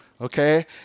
Okay